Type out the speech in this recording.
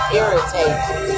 irritating